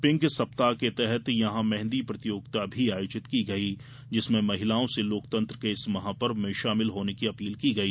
pink सप्ताह के तहत यहां मेंहदी प्रतियोगिता भी आयोजित की गई जिसमें महिलाओं से लोकतंत्र के इस महापर्व में शामिल होने की अपील की गई